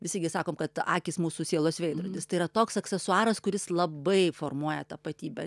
visgi sakom kad akys mūsų sielos veidrodis tai yra toks aksesuaras kuris labai formuoja tapatybę